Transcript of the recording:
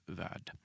värd